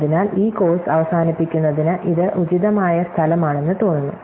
അതിനാൽ ഈ കോഴ്സ് അവസാനിപ്പിക്കുന്നതിന് ഇത് ഉചിതമായ സ്ഥലമാണെന്ന് തോന്നുന്നു